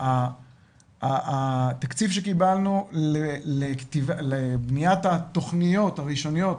התקציב שקיבלנו לבניית התכניות הראשוניות,